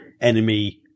enemy